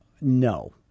No